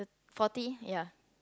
forty ya